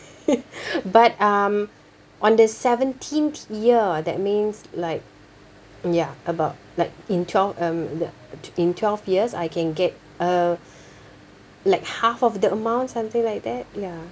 but um on the seventeenth year that means like ya about like in twelve um the in twelve years I can get uh like half of the amount something like that ya